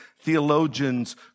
theologians